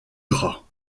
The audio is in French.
gras